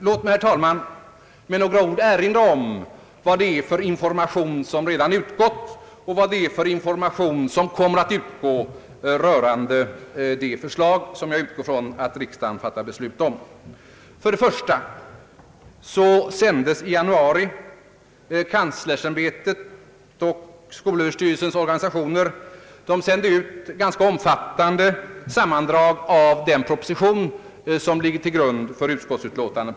Låt mig, herr talman, med några ord erinra om vad det är för information som redan utgått och vad det är för information som kommer att utgå rörande det förslag som jag förutsätter att riksdagen kommer att fatta beslut om. För det första sände i januari i år kanslersämbetet och skolöverstyrelsen ut ett ganska omfattande sammandrag av den proposition, alltså proposition nr 4, som ligger till grund för utskottsutlåtandet.